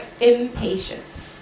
impatient